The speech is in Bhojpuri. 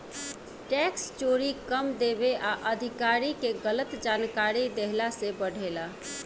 टैक्स चोरी कम देवे आ अधिकारी के गलत जानकारी देहला से बढ़ेला